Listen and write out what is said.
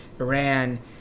Iran